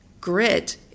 grit